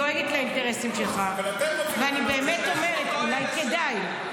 אני דואגת לאינטרסים שלך ואני באמת אומרת: אולי כדאי,